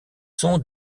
sont